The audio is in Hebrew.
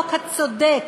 שאף שהחוק הצודק,